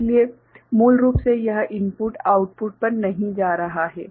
इसलिए मूल रूप से यह इनपुट आउटपुट पर नहीं जा रहा है